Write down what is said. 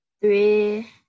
three